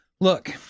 Look